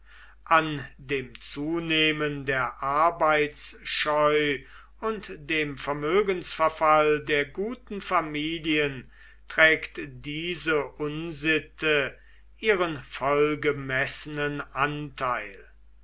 an dem zunehmen der arbeitsscheu und dem vermögensverfall der guten familien trägt diese unsitte ihren vollgemessenen anteil